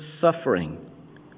suffering